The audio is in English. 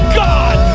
god